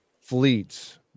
fleets